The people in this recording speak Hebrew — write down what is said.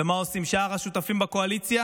ומה עושים שאר השותפים בקואליציה?